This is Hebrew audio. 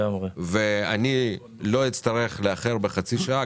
ואני לא אצטרך לאחר בחצי שעה,